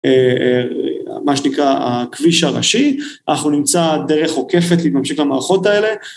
אה אה... מה שנקרא הכביש הראשי, אנחנו נמצא דרך עוקפת להתממשק למערכות האלה